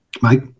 Mike